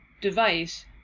device